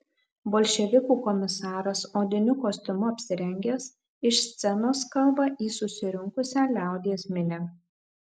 bolševikų komisaras odiniu kostiumu apsirengęs iš scenos kalba į susirinkusią liaudies minią